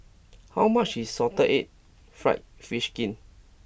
how much is salted egg fried fish skin